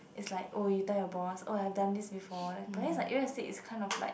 it's like oh you tell your boss oh I done this before but then it's like real estate is kind of like